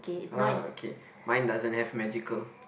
okay mine doesn't have magical